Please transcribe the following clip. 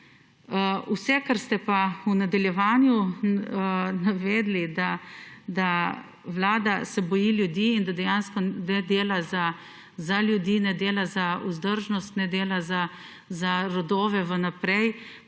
Vse kar ste pa v nadaljevanju navedli, da Vlada se boji ljudi, da dejansko dela za ljudi ne dela za vzdržnost, ne dela za rodove v naprej,